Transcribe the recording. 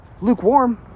Lukewarm